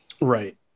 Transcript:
right